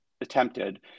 attempted